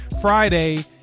Friday